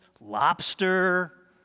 lobster